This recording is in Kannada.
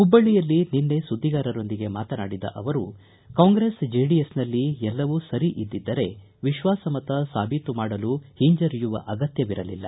ಹುಬ್ಬಳ್ಳಯಲ್ಲಿ ನಿನ್ನೆ ಸುದ್ದಿಗಾರರೊಂದಿಗೆ ಮಾತನಾಡಿದ ಅವರು ಕಾಂಗ್ರೆಸ್ ಜೆಡಿಎಸ್ನಲ್ಲಿ ಎಲ್ಲವೂ ಸರಿ ಇದ್ದಿದ್ದರೆ ವಿಶ್ವಾಸ ಮತ ಸಾಬೀತು ಮಾಡಲು ಹಿಂಜರಿಯುವ ಅಗತ್ಯವಿರಲಿಲ್ಲ